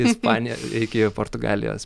ispanija iki portugalijos